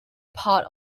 part